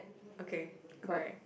okay correct